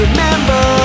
Remember